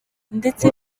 ndetse